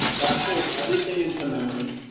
that pulls everything into memory,